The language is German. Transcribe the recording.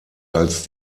als